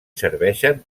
serveixen